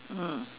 mm